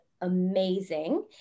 amazing